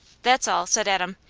that's all, said adam.